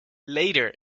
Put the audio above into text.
later